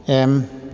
M